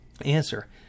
answer